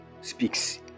speaks